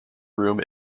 room